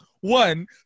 One